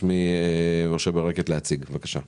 מברך את שר